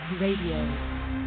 Radio